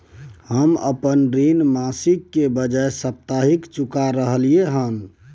हम अपन ऋण मासिक के बजाय साप्ताहिक चुका रहलियै हन